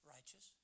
Righteous